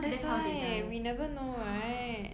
that's how they die